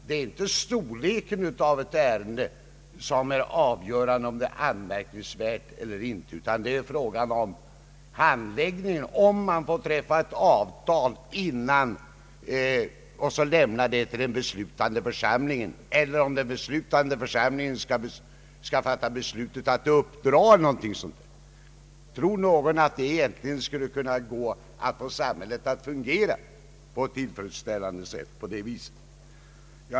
Det är inte ett ärendes storlek som avgör om det är anmärkningsvärt eller inte, utan hur ärendet har handlagts. Får man träffa ett avtal i förväg och underställa det den beslutande församlingen, eller måste den beslutande församlingen ge någon i uppdrag att sluta avtal? Tror någon att samhället skulle fungera på ett tillfredsställande sätt, om endast det sistnämnda tillvägagångssättet fick användas?